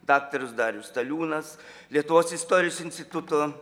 daktaras darius staliūnas lietuvos istorijos instituto